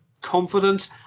confident